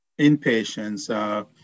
inpatients